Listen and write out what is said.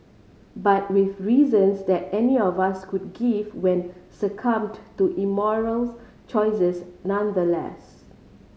but with reasons that any of us could give when succumbed to immoral choices nonetheless